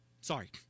Sorry